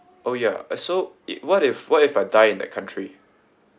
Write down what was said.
oh ya uh so it what if what if I die in that country